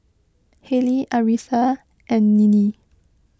Haley Aretha and Ninnie